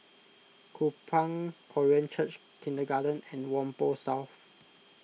Kupang Korean Church Kindergarten and Whampoa South